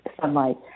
sunlight